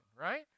right